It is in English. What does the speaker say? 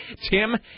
Tim